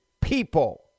people